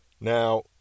Now